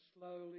Slowly